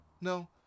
no